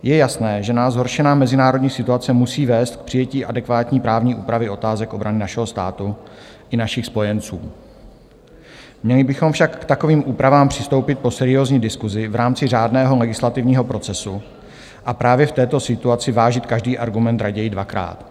Je jasné, že nás zhoršená mezinárodní situace musí vést k přijetí adekvátní právní úpravy otázek obrany našeho státu i našich spojenců, měli bychom však k takovým úpravám přistoupit po seriózní diskusi v rámci řádného legislativního procesu a právě v této situaci vážit každý argument raději dvakrát.